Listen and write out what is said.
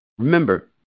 Remember